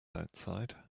outside